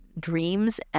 dreams